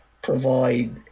provide